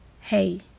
hey